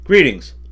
Greetings